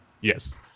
Yes